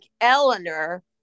Eleanor